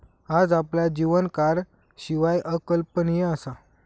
आज आपला जीवन कारशिवाय अकल्पनीय असा